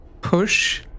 push